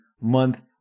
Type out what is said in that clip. month